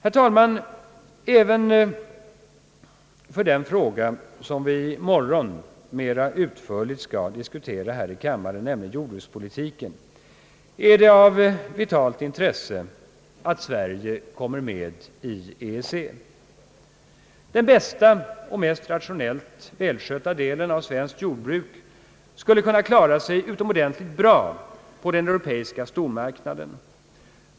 Även för den fråga som vi i morgon mera utförligt skall diskutera här i kammaren, nämligen jordbrukspolitiken, är det av vitalt intresse att Sverige kommer med i EEC. Den bästa och mest rationellt välskötta delen av svenskt jordbruk skulle kunna klara sig utomordentligt bra på den europeiska stormarknaden.